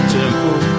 temple